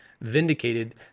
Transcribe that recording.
vindicated